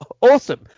Awesome